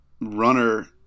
runner